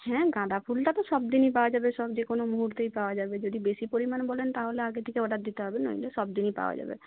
হ্যাঁ গাঁদা ফুলটা তো সব দিনই পাওয়া যাবে সব যে কোনও মুহূর্তেই পাওয়া যাবে যদি বেশী পরিমাণ বলেন তাহলে আগে থেকে অর্ডার দিতে হবে নইলে সব দিনই পাওয়া যাবে